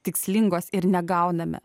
tikslingos ir negauname